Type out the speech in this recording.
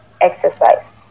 exercise